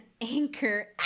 anchor